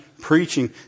preaching